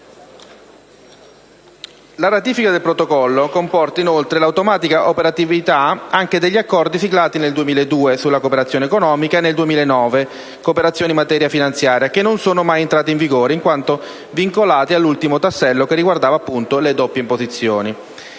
La ratifica del Protocollo comporta l'automatica operatività anche degli accordi siglati nel 2002, sulla cooperazione economica, e nel 2009, sulla cooperazione in materia finanziaria, che non sono mai entrati in vigore essendo vincolati all'ultimo tassello riguardante le doppie imposizioni.